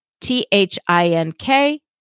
T-H-I-N-K